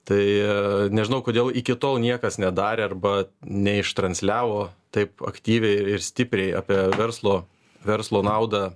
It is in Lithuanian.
tai nežinau kodėl iki tol niekas nedarė arba ne ištransliavo taip aktyviai ir stipriai apie verslo verslo naudą